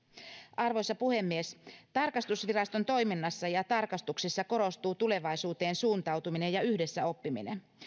arvoisa puhemies tarkastusviraston toiminnassa ja tarkastuksissa korostuvat tulevaisuuteen suuntautuminen ja yhdessä oppiminen